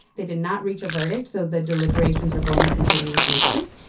they did not reach a verdict, so the deliberations are going to continue next week.